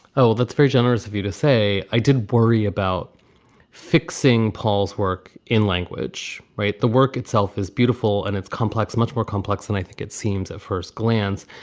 oh, that's very generous of you to say. i didn't worry about fixing paul's work in language. the work itself is beautiful and it's complex, much more complex than i think it seems at first glance.